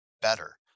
better